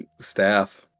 staff